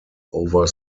over